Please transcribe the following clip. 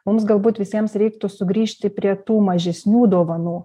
mums galbūt visiems reiktų sugrįžti prie tų mažesnių dovanų